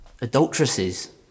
adulteresses